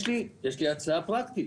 יש לי הצעה פרקטית.